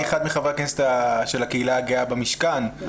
אני אחד מחברי הכנסת של הקהילה הגאה במשכן,